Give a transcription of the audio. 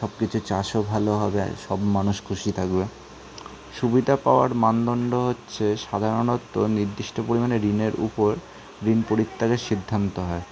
সবকিছু চাষও ভালো হবে আর সব মানুষ খুশি থাকবে সুবিধা পাওয়ার মানদণ্ড হচ্ছে সাধারণত নির্দিষ্ট পরিমাণে ঋণের উপর ঋণ পরিত্যাগের সিদ্ধান্ত হয়